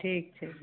ठीक छै